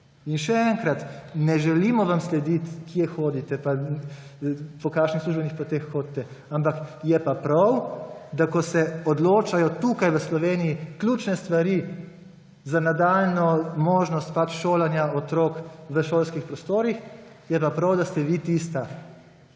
In še enkrat, ne želimo vam slediti, kje hodite, pa po kakšnih službenih poteh hodite, ampak je pa prav, da ko se odločajo tukaj v Sloveniji ključne stvari za nadaljnjo možnost šolanja otrok v šolskih prostorih, je pa prav, da ste vi tista,